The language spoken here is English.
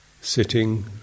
sitting